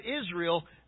Israel